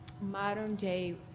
modern-day